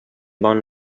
bon